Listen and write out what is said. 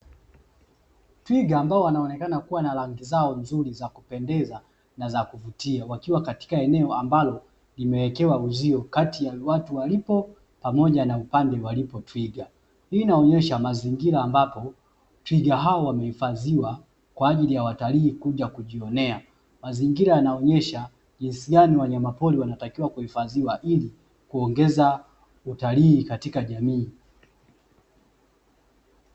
Twiga ambao wanaonekana kuwa na rangi zao nzuri za kupendeza na kuvutia wakiwa katika eneo ambalo limewekewa uzio kati ya watu waliopo pamoja na upande walipo twiga, hii inaonesha mazingira ambapo twiga hawa wameifadhiwa kwa ajili ya watalii kuja kujionea; mazingira yanaonesha jinsi gani wanyamapori wanatakiwa kuhifadhiwa ili kuongeza utaliii katika jamii.